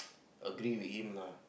agree with him lah